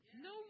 No